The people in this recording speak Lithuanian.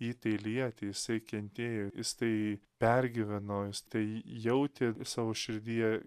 jį tai lietė jisai kentėjo jis tai pergyveno jis tai jautė savo širdyje